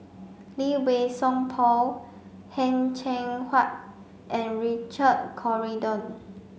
Lee Wei Song Paul Heng Cheng Hwa and Richard Corridon